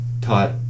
taught